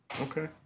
Okay